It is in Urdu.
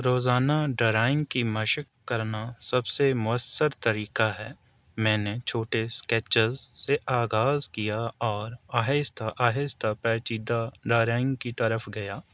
روزانہ ڈرائنگ کی مشق کرنا سب سے مؤثر طریقہ ہے میں نے چھوٹے اسکیچز سے آغاز کیا اور آہستہ آہستہ پیچیدہ ڈرائنگ کی طرف گیا